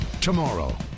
Tomorrow